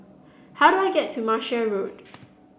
how do I get to Martia Road